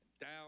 Down